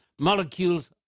molecules